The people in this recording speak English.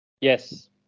Yes